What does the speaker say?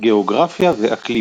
גאוגרפיה ואקלים